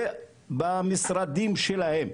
במשרדים שלהם?